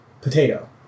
potato